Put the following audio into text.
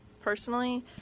personally